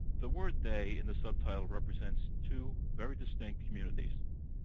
the word they in the subtitle represents two very distinct communities.